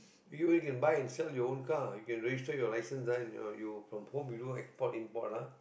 anyway you can buy and sell your own car can register your license you from home you do export and import ah